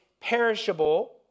perishable